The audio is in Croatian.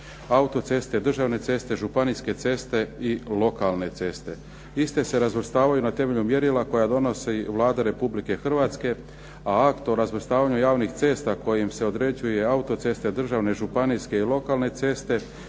Autoceste, državne ceste, županijske ceste i lokalne ceste. Iste se razvrstavaju na temelju mjerila koje donosi RH, a akt o razvrstavanju javnih cesta kojim se određuju autoceste, državne, županijske i lokalne ceste